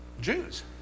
Jews